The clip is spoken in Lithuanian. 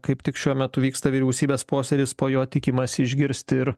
kaip tik šiuo metu vyksta vyriausybės posėdis po jo tikimasi išgirsti ir